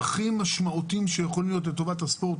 הכי משמעותיים שיכולים להיות לטובת הספורט,